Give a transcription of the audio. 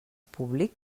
públic